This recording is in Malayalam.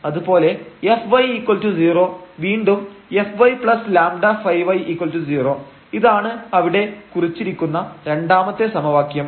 അതുപോലെ Fy0 വീണ്ടും fyλϕy0 ഇതാണ് അവിടെ കുറിച്ചിരിക്കുന്ന രണ്ടാമത്തെ സമവാക്യം